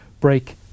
break